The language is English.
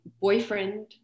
boyfriend